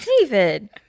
David